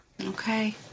Okay